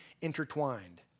intertwined